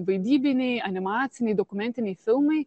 vaidybiniai animaciniai dokumentiniai filmai